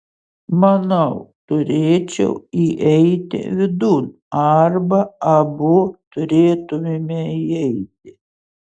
manau turėčiau įeiti vidun arba abu turėtumėme įeiti